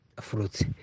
fruits